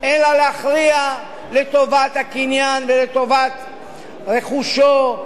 אלא להכריע לטובת הקניין ולטובת רכושו,